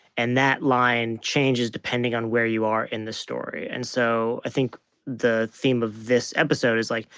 and that line changes depending on where you are in the story. and so i think the theme of this episode is, like,